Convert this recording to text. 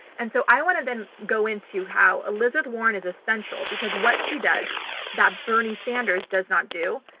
and so i want to then go into how elizabeth warren is essential because what she does that bernie sanders does not do,